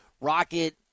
Rocket